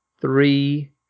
three